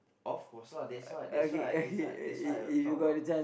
of course lah that's why that's why that's why that's why I talk a lot